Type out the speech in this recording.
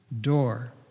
door